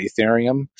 ethereum